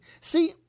See